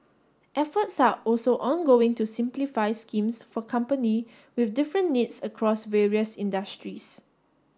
efforts are also ongoing to simplify schemes for company with different needs across various industries